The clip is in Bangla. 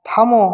থামো